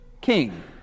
king